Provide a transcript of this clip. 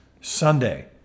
Sunday